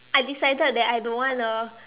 I decided that I don't want a